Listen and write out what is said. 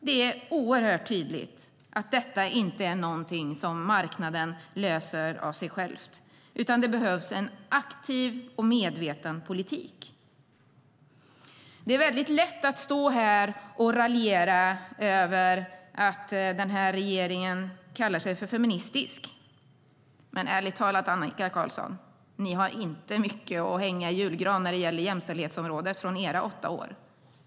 Det är oerhört tydligt att detta inte är något som marknaden löser av sig själv, utan det behövs en aktiv och medveten politik. Det är väldigt lätt att stå här och raljera över att regeringen kallar sig feministisk. Men ärligt talat, Annika Qarlsson, har ni inte mycket att hänga i julgranen när det gäller jämställdhetsområdet efter era åtta år.